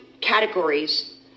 categories